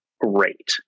great